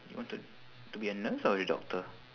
you wanted to be a nurse or the doctor